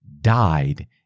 died